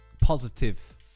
positive